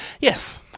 yes